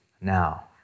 now